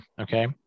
okay